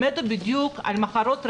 הם מתו בדיוק ממחלות רקע.